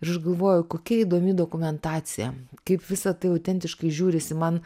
ir aš galvoju kokia įdomi dokumentacija kaip visa tai autentiškai žiūrisi man